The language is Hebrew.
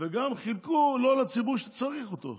וגם חילקו לא לציבור שצריך אותו.